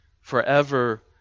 forever